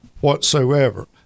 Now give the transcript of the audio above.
whatsoever